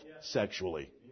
sexually